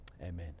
amen